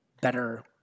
better